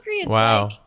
Wow